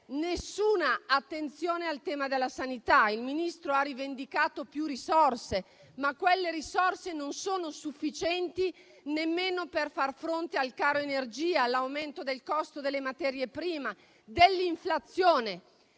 nessuna attenzione al tema della sanità. Il Ministro ha rivendicato maggiori risorse, ma quelle stanziate non sono sufficienti nemmeno per far fronte al caro energia, all'aumento del costo delle materie prime e dell'inflazione.